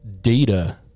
data